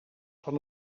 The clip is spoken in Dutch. van